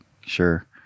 sure